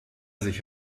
sich